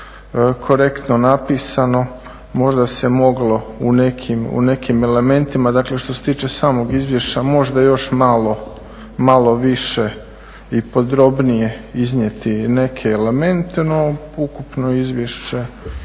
korektno napisano, možda se moglo u nekim elementima dakle što se tiče samog izvješća možda još malo više i podrobnije iznijeti neke elemente no ukupno izvješće